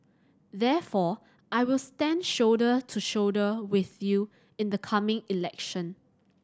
therefore I will stand shoulder to shoulder with you in the coming election